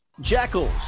Jackals